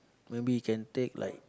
maybe you can take like